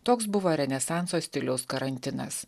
toks buvo renesanso stiliaus karantinas